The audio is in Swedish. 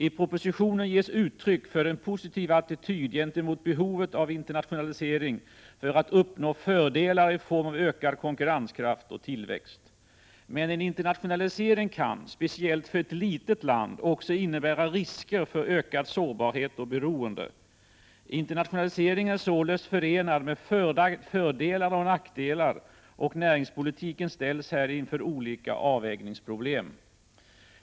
I propositionen ges uttryck för en positiv attityd gentemot behovet av internationalisering för att uppnå fördelar i form av ökad konkurrenskraft och tillväxt. Men en internationalisering kan, speciellt för ett litet land, också innebära risker för ökad sårbarhet och beroende. Internationaliseringen är således förenad med fördelar och nackdelar, och näringspolitiken ställs här inför olika avvägningsproblem.